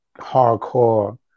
hardcore